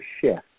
shift